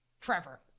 Trevor